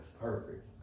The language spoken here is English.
perfect